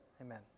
Amen